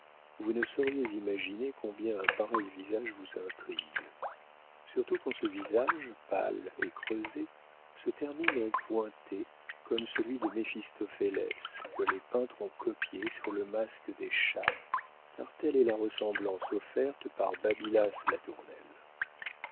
vous ne sauriez imaginer combien un pareil visage vous intrigue surtout quand ce visage pâle et creusé se termine en pointe comme celui de méphistophélès que les peintres ont copié sur le masque des chats car telle est la ressemblance offerte par babylas latournelle